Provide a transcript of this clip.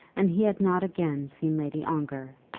and he had not again seen lady ongar.